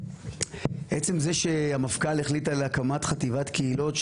עצם זה שהמפכ"ל החליט על הקמת חטיבת קהילות,